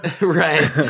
Right